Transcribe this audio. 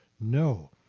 No